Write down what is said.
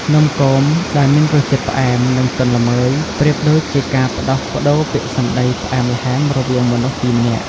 នំគម ដែលមានរសជាតិផ្អែម និងទន់ល្មើយ ប្រៀបដូចជាការផ្ដោះប្ដូរពាក្យសម្ដីផ្អែមល្ហែមរវាងមនុស្សពីរនាក់។